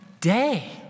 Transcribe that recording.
day